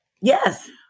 Yes